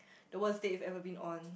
the worst date you've ever been on